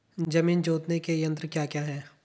जमीन जोतने के यंत्र क्या क्या हैं?